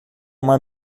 uma